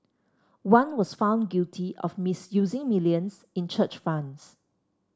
one was found guilty of misusing millions in church funds